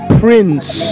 prince